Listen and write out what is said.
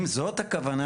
אם זאת הכוונה,